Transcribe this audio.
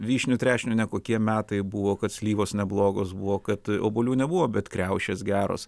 vyšnių trešnių nekokie metai buvo kad slyvos neblogos buvo kad obuolių nebuvo bet kriaušės geros